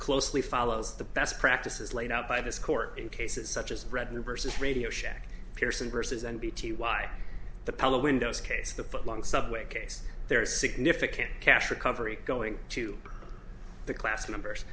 closely follows the best practices laid out by this court in cases such as reading versus radio shack pearson versus n b t y the palo windows case the footlong subway case there is significant cash recovery going to the class numbers